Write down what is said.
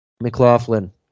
McLaughlin